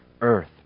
earth